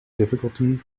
difficulty